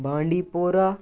بانڈی پورہ